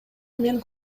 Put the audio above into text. мен